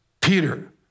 Peter